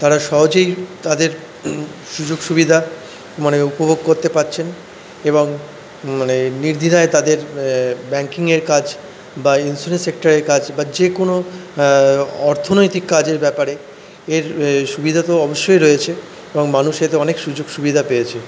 তারা সহজেই তাদের সুযোগ সুবিধা মানে উপভোগ করতে পারছেন এবং মানে নির্দ্বিধায় তাদের ব্যাঙ্কিংয়ের কাজ বা ইন্স্যুরেন্স সেক্টরের কাজ বা যেকোনো অর্থনৈতিক কাজের ব্যাপারে এর সুবিধা তো অবশ্যই রয়েছে এবং মানুষ এতে অনেক সুযোগ সুবিধা পেয়েছে